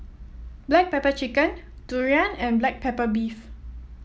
Black Pepper Chicken durian and Black Pepper Beef